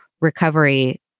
recovery